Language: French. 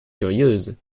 curieuse